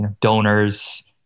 donors